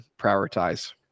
prioritize